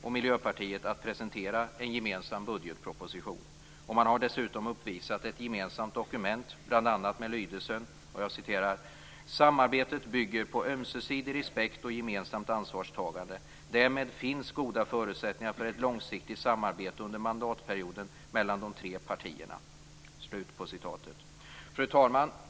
Miljöpartiet att presentera en gemensam budgetproposition, och man har dessutom uppvisat ett gemensamt dokument med bl.a. följande lydelse: Samarbetet bygger på ömsesidig respekt och gemensamt ansvarstagande. Därmed finns goda förutsättningar för ett långsiktigt samarbete under mandatperioden mellan de tre partierna. Fru talman!